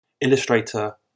illustrator